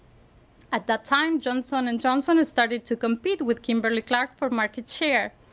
at that time johnson and johnson started to compete with kimberly-clark for market share.